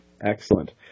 Excellent